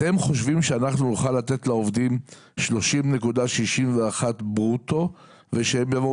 אתם חושבים שאנחנו נוכל לתת לעובדים 30.61 ברוטו ושהם יבואו,